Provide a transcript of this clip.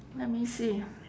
let me see